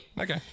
Okay